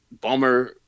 bummer